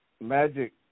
magic